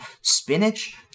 Spinach